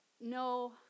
no